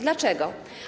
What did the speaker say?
Dlaczego?